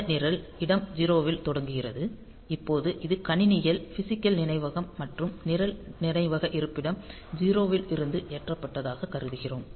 இந்த நிரல் இடம் 0 இல் தொடங்குகிறது இப்போது இது கணினிகள் பிசிக்கல் நினைவகம் மற்றும் நிரல் நினைவக இருப்பிடம் 0 இலிருந்து ஏற்றப்பட்டதாக கருதுகிறோம்